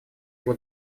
его